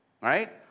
right